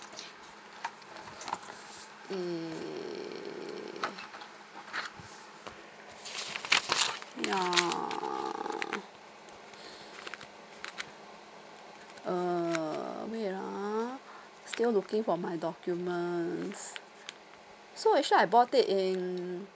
err yeah um wait ah still looking for my documents so actually I bought it in